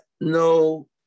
No